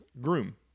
Groom